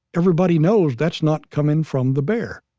everybody knows that's not coming from the bear.